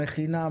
מכינה,